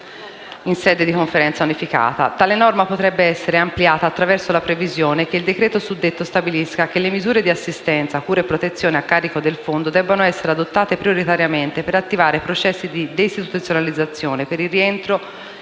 in sede di Conferenza unificata. Tale norma potrebbe essere ampliata attraverso la previsione che il decreto suddetto stabilisca che le misure di assistenza, cura e protezione a carico del Fondo debbano essere adottate prioritariamente per attivare processi di deistituzionalizzazione per il rientro